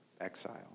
exile